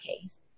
case